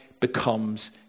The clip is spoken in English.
becomes